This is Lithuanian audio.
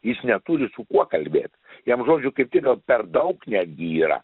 jis neturi su kuo kalbėt jam žodžių kaip tik gal per daug netgi yra